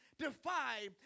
defy